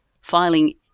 filing